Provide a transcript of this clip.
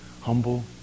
humble